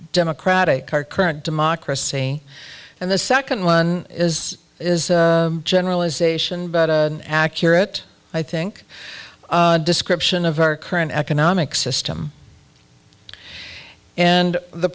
democratic our current democracy and the second one is is generalization but accurate i think description of our current economic system and the